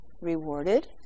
rewarded